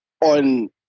on